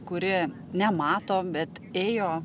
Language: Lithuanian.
kuri nemato bet ėjo